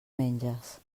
menges